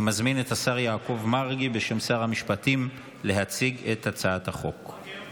אני מזמין את השר יעקב מרגי להציג את הצעת החוק בשם